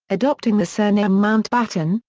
adopting the surname mountbatten,